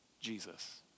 Jesus